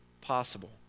possible